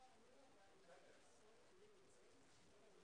אמרו לי שהנושא נפתר,